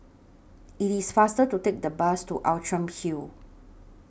IT IS faster to Take The Bus to Outram Hill